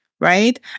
right